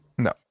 No